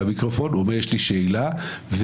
עכשיו תשאלי את השאלה.